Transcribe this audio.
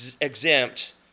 exempt